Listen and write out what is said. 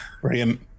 Brilliant